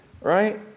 right